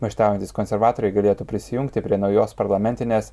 maištaujantys konservatoriai galėtų prisijungti prie naujos parlamentinės